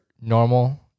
normal